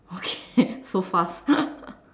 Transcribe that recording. okay so fast